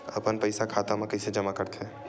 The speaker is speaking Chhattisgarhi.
अपन पईसा खाता मा कइसे जमा कर थे?